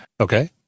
Okay